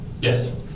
Yes